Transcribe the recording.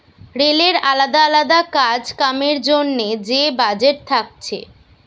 রেলের আলদা আলদা কাজ কামের জন্যে যে বাজেট থাকছে